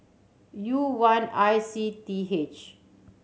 U one I C T H